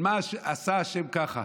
על מה עשה השם ככה?